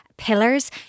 Pillars